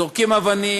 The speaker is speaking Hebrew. זורקים אבנים,